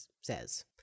says